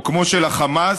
או כמו של החמאס,